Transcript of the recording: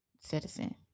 Citizen